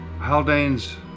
Haldane's